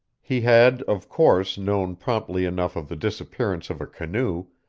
he had, of course, known promptly enough of the disappearance of a canoe,